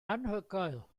anhygoel